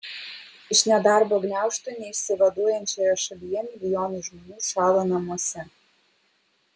iš nedarbo gniaužtų neišsivaduojančioje šalyje milijonai žmonių šąla namuose